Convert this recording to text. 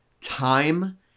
time